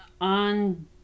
on